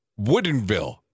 woodenville